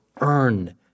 earn